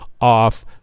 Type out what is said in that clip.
off